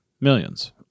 Millions